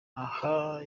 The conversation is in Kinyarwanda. aha